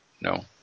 no